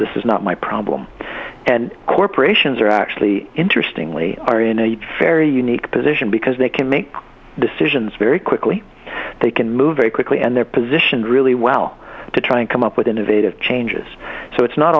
this is not my problem and corporations are actually interestingly are in a very unique position because they can make decisions very quickly they can move very quickly and they're positioned really well to try and come up with innovative changes so it's not